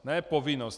Ne povinnost.